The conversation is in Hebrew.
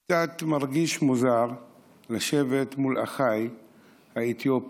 קצת מרגיש מוזר לשבת מול אחיי האתיופים,